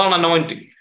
anointing